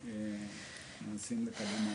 ואנחנו מנסים לקדם תהליכים.